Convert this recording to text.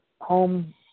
home